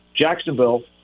Jacksonville